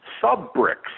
sub-bricks